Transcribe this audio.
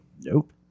nope